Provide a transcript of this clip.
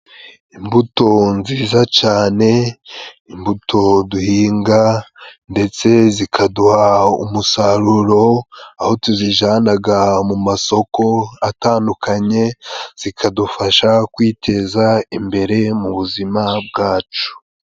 Imbuto nziza cyane, imbuto duhinga ndetse zikaduha umusaruro, aho tuzijyanaga mu masoko atandukanye zikadufasha kwiteza imbere mu buzima bwacu.